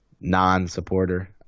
non-supporter